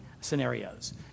scenarios